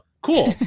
cool